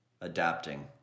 adapting